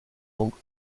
langues